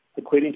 equating